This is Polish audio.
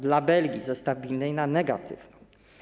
Dla Belgii - ze stabilnej na negatywną.